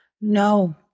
No